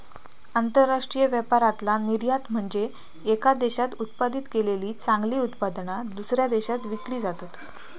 आंतरराष्ट्रीय व्यापारातला निर्यात म्हनजे येका देशात उत्पादित केलेली चांगली उत्पादना, दुसऱ्या देशात विकली जातत